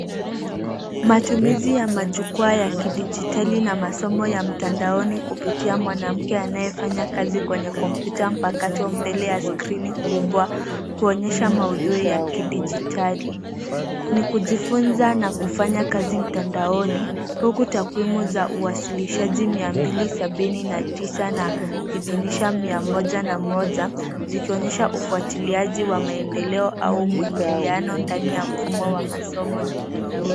Matumizi ya majukwaa ya kidigitali na masomo ya mtandaoni kupitia mwanamke anayefanya kazi kwenye kompyuta mpakato mbele ya skrini kubwa kuonesha maudhui ya kidigitali. Ni kujifunza na kufanya kazi mtandaoni huku takwimu za uwasilishaji mia mbili sabini na tisa na hidhinisha mia moja na moja, zikionesha ufuatiliaji wa maendeleo au mwingiliano ndani ya mfumo wa masomo na mtandaoni.